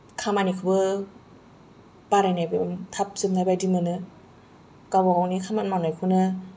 खामानिखौबो बारायनायावबो थाब जोबनाय बायदि मोनो गावबा गावनि खामानि मावनायखौनो